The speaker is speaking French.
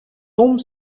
tombe